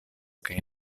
kaj